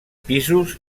pisos